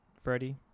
Freddie